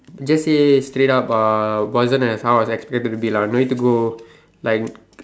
just say straight up uh wasn't as how as expected to be lah no need to go like